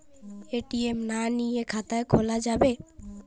ATM না নিয়ে খাতা খোলা যাবে?